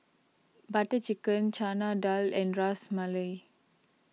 Butter Chicken Chana Dal and Ras Malai